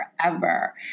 forever